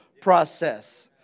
process